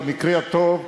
במקרה הטוב,